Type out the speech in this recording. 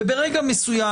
וברגע מסוים,